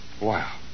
Wow